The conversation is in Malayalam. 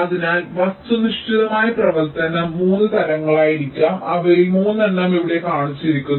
അതിനാൽ വസ്തുനിഷ്ഠമായ പ്രവർത്തനം 3 തരങ്ങളായിരിക്കാം അവയിൽ 3 എണ്ണം ഇവിടെ കാണിച്ചിരിക്കുന്നു